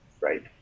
Right